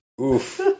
Oof